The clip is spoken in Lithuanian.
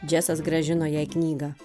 džesas grąžino jai knygą